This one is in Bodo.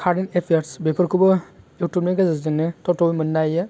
कारेन्ट एफायार्च बेफोरखौबो इउइुटुबनि गेजेरजोंनो थह थह मोनो हायो